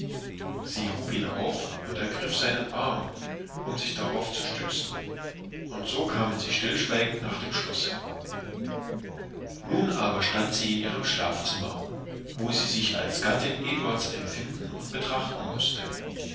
sie hub ihn auf und ergriff seinen arm um sich darauf zu stützen und so kamen sie stillschweigend nach dem schlosse nun aber stand sie in ihrem schlafzimmer wo sie sich als gattin eduards empfinden und betrachten mußte